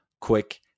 quick